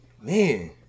Man